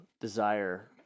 desire